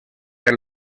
per